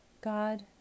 God